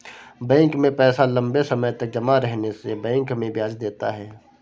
bank में पैसा लम्बे समय तक जमा रहने से बैंक हमें ब्याज देता है